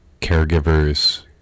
caregivers